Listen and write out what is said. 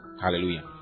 Hallelujah